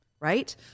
right